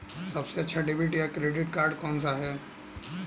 सबसे अच्छा डेबिट या क्रेडिट कार्ड कौन सा है?